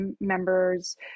members